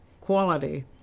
quality